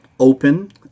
open